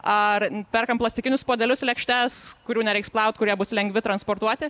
ar perkam plastikinius puodelius lėkštes kurių nereiks plaut kurie bus lengvi transportuoti